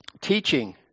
teaching